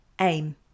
Aim